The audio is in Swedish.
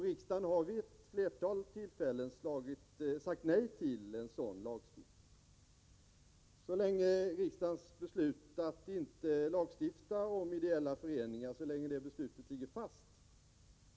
Riksdagen har vid ett flertal tillfällen sagt nej till en sådan lagstiftning.